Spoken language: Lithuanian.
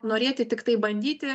norėti tiktai bandyti